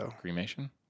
cremation